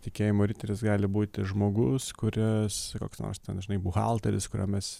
tikėjimo riteris gali būti žmogus kuris koks nors ten žinai buhalteris kuriam mes